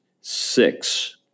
six